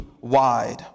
wide